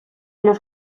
los